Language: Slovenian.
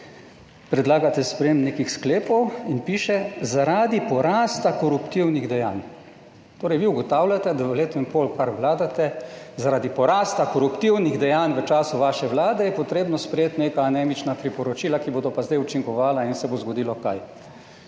predlagate sprejem nekih sklepov in piše, zaradi porasta koruptivnih dejanj. Torej, vi ugotavljate, da v letu in pol, kar vladate, zaradi porasta koruptivnih dejanj v času vaše Vlade, je potrebno sprejeti neka anemična priporočila, ki bodo pa zdaj učinkovala in se bo zgodilo kaj?